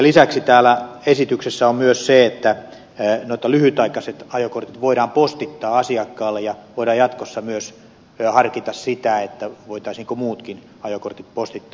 lisäksi täällä esityksessä on myös se että lyhytaikaiset ajokortit voidaan postittaa asiakkaalle ja voidaan jatkossa myös harkita sitä voitaisiinko muutkin ajokortit postittaa